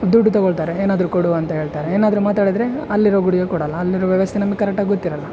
ದುಡ್ಡು ತೊಗೋಳ್ತಾರೆ ಏನಾದರು ಕೊಡು ಅಂತ ಹೇಳ್ತಾರೆ ಏನಾದರು ಮಾತಾಡಿದರೆ ಅಲ್ಲಿರೋ ಗುಳಿಗೆ ಕೊಡಲ್ಲ ಅಲ್ಲಿರೋ ವ್ಯವಸ್ಥೆ ನಮ್ಗೆ ಕರೆಕ್ಟಾಗಿ ಗೊತ್ತಿರೋಲ್ಲ